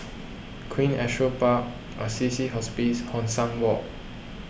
Queen Astrid Park Assisi Hospice Hong San Walk